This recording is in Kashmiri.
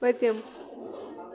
پٔتِم